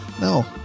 No